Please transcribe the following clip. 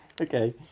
Okay